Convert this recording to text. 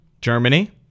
Germany